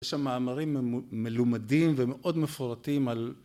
יש שם מאמרים מלומדים ומאוד מפורטים על